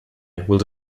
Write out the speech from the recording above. we’ll